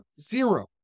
Zero